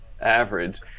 average